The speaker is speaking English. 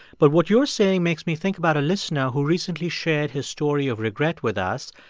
but what you're saying makes me think about a listener who recently shared his story of regret with us.